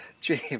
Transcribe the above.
James